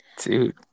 dude